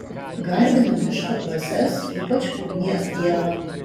garbina miško dvasias ypač ugnies dievą